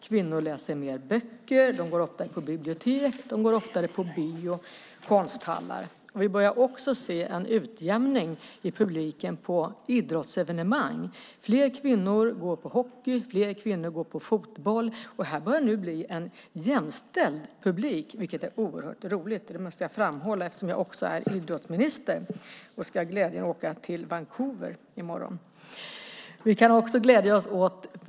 Kvinnor läser mer böcker. De går oftare på bibliotek, och de går oftare på bio och konsthallar. Vi börjar också se en utjämning i publiken på idrottsevenemang. Fler kvinnor går på hockey, och fler kvinnor går på fotboll. Här börjar det bli en jämställd publik, vilket är oerhört roligt. Det måste jag framhålla eftersom jag också är idrottsminister och med glädje ska åka till Vancouver i morgon.